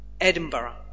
Edinburgh